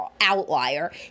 outlier